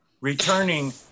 returning